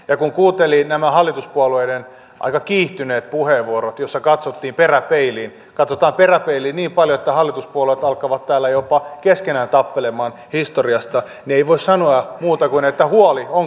ja kun kuuntelin nämä hallituspuolueiden aika kiihtyneet puheenvuorot joissa katsottiin peräpeiliin katsottiin peräpeiliin niin paljon että hallituspuolueet alkavat täällä jopa keskenään tappelemaan historiasta niin ei voi sanoa muuta kuin että huoli on kasvanut